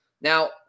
Now